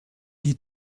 die